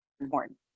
important